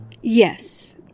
Yes